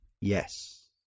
Yes